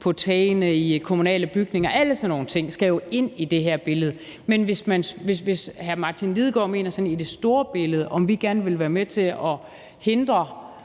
på tagene af kommunale bygninger. Alle sådan nogle ting skal jo ind i det her billede. Men hvis hr. Martin Lidegaard mener, om vi sådan i det store billede gerne vil være med til at hindre